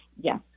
yes